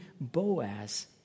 Boaz